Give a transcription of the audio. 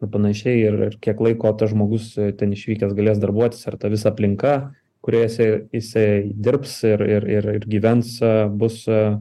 ir pananašiai ir ir kiek laiko tas žmogus ten išvykęs galės darbuotis ar ta visa aplinka kurioje jisai jisai dirbs ir ir ir ir gyvens bus